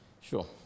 Sure